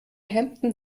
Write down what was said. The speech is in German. hemden